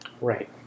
Right